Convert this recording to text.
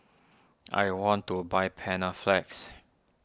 I want to buy Panaflex